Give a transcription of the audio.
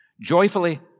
Joyfully